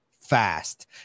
fast